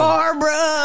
Barbara